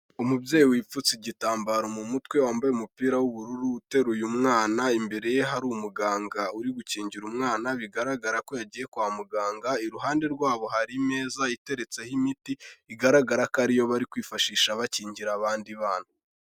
Umubyeyi wipfutse igitambaro mu mutwe, wambaye umupira w'ubururu uteruye mwana, imbere ye hari umuganga uri gukingira umwana, bigaragara ko yagiye kwa muganga, iruhande rwabo hari imeza iteretseho imiti, bigaragara ko ari yo bari kwifashisha bakingira abandi bana.